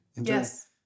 Yes